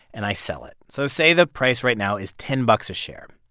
and i sell it. so say the price right now is ten bucks a share.